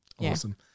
Awesome